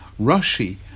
Rashi